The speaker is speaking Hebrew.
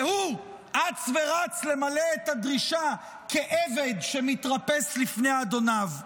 והוא אץ ורץ למלא את הדרישה כעבד שמתרפס לפני אדוניו.